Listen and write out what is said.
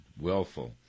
willful